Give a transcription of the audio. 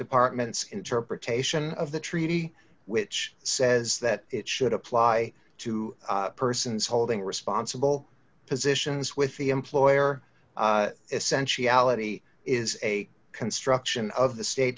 department's interpretation of the treaty which says that it should apply to persons holding responsible positions with the employer essentially ality is a construction of the state